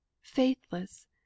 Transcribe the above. faithless